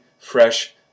fresh